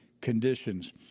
conditions